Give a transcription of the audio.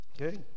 Okay